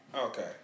Okay